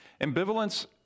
Ambivalence